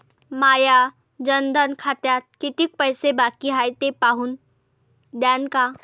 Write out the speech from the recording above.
माया जनधन खात्यात कितीक पैसे बाकी हाय हे पाहून द्यान का?